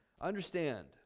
understand